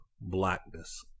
blackness